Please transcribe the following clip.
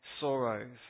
sorrows